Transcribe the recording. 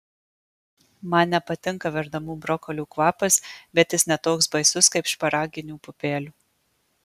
man nepatinka verdamų brokolių kvapas bet jis ne toks baisus kaip šparaginių pupelių